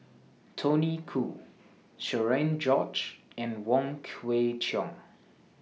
Tony Khoo Cherian George and Wong Kwei Cheong